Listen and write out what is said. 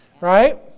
Right